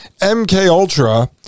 MKUltra